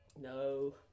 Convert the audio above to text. No